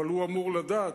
אבל הוא אמור לדעת.